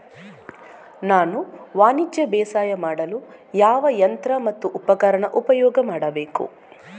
ನಾನು ವಾಣಿಜ್ಯ ಬೇಸಾಯ ಮಾಡಲು ಯಾವ ಯಂತ್ರ ಮತ್ತು ಉಪಕರಣ ಉಪಯೋಗ ಮಾಡಬೇಕು?